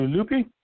Lupe